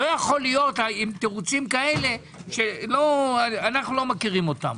לא יכול להיות עם תירוצים כאלה שאנו לא מכירים אותם.